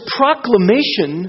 proclamation